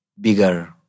bigger